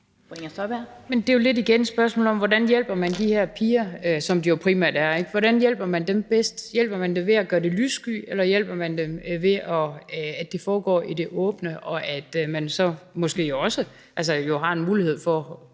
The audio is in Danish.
det er jo lidt igen et spørgsmål om, hvordan man hjælper de her piger – som de jo primært er, ikke? – bedst. Hjælper man dem ved at gøre det lyssky, eller hjælper man dem, ved at det foregår i det åbne, og at man jo så måske også har en mulighed for